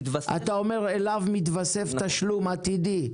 אתה אומר אליו מתווסף תשלום עתידי?